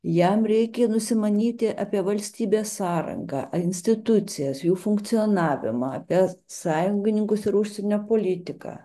jam reikia nusimanyti apie valstybės sąrangą institucijas jų funkcionavimą apie sąjungininkus ir užsienio politiką